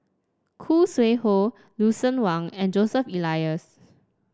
Khoo Sui Hoe Lucien Wang and Joseph Elias